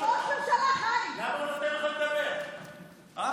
בשנה ראש הממשלה החליפי תשע פעמים בפריז, למה?